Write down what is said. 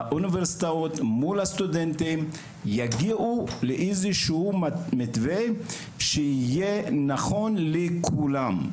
שהאוניברסיטאות מול הסטודנטים יגיעו לאיזשהו מתווה שיהיה נכון לכולם,